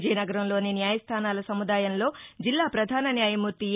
విజయనగరంలోని న్యాయస్థానాల సముదాయంలో జిల్లా ప్రధాన న్యాయమూర్తి ఏ